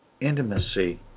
intimacy